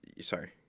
sorry